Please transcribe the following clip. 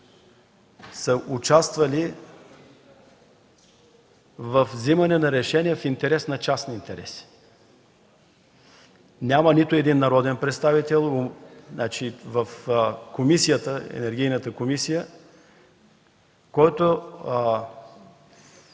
са участвали във вземане на решение в интерес на частни интереси. Няма нито един народен представител в Енергийната комисия, който